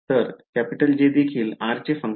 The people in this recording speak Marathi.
तर J देखील r चे फंक्शन आहे